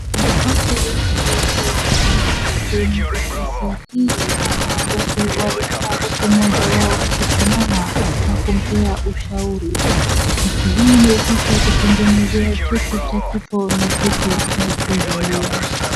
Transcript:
Kuna watu wengi waliokusanyika kwenye ofisi hii. Wote walikaa huku mmoja akisimama na kumpea ushauri. Ofisi hii ni ofisi ya kutengenezea cheti cha kifo na cheti cha kuzaliwa.